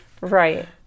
right